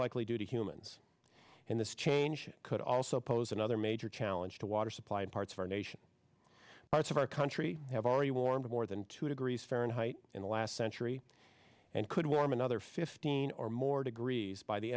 likely due to humans in this change could also pose another major challenge to water supply in parts of our nation parts of our country have already warmed more than two degrees fahrenheit in the last century and could warm another fifteen or more degrees by the